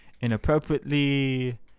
inappropriately